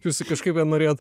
jūs kažkaip ją norėjot